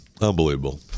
Unbelievable